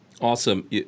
Awesome